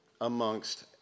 amongst